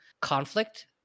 conflict